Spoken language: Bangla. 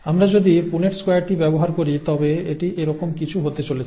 আমরা যদি পুনেট স্কোয়ারটি ব্যবহার করি তবে এটি এরকম কিছু হতে চলেছে